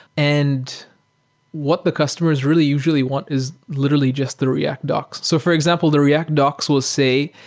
and what the customers really usually want is literally just the react docs. so for example, the react docs will say,